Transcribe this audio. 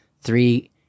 three